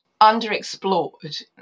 underexplored